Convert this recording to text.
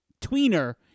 tweener